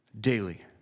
daily